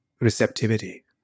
receptivity